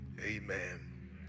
Amen